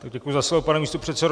Děkuji za slovo, pane místopředsedo.